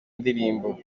ndirimbo